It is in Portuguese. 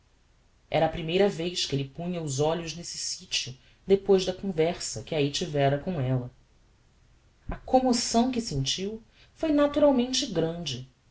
era a primeira vez que elle punha os olhos nesse sitio depois da conversa que ahi tivera com ella a commoção que sentiu foi naturalmente grande